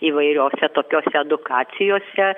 įvairiose tokiose edukacijose